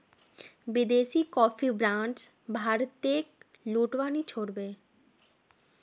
विदेशी coffee brands भारतीयेक लूटवा नी छोड़ बे